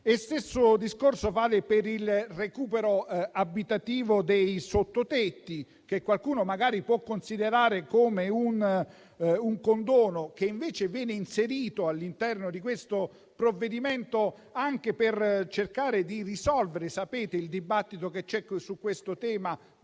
Lo stesso discorso vale per il recupero abitativo dei sottotetti, che qualcuno magari può considerare come un condono, ma che invece viene inserito all'interno del provvedimento per cercare di risolvere il dibattito che c'è su questo tema